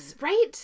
Right